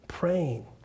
Praying